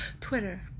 Twitter